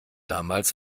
damals